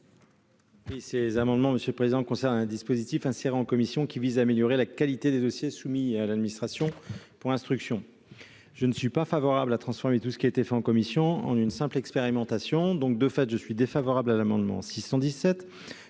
Ces amendements concernent un dispositif inséré en commission, qui vise à améliorer la qualité des dossiers soumis à l'administration pour instruction. Je ne suis pas favorable à la transformation de tout ce qui a été fait en commission en une simple expérimentation. Je suis donc défavorable à l'amendement n°